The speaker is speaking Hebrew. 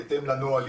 בהתאם לנוהל.